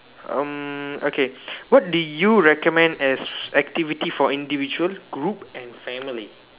um okay what do you recommend as activity for individual group and family